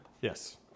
Yes